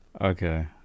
okay